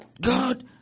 God